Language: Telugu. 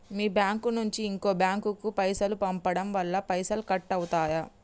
మీ బ్యాంకు నుంచి ఇంకో బ్యాంకు కు పైసలు పంపడం వల్ల పైసలు కట్ అవుతయా?